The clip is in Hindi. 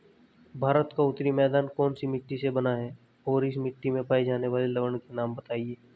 भारत का उत्तरी मैदान कौनसी मिट्टी से बना है और इस मिट्टी में पाए जाने वाले लवण के नाम बताइए?